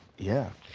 yeah.